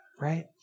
right